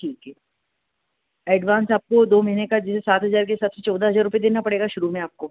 जी जी एडवांस आपको दो महीने का जैसे सात हज़ार के हिसाब से चौदह हज़ार रुपये देना पड़ेगा शुरू में आपको